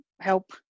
help